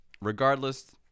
regardless